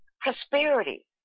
prosperity